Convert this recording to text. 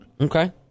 Okay